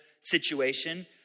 situation